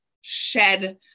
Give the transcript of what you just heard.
shed